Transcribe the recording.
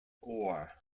ore